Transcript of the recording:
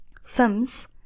Sims